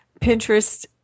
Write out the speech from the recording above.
Pinterest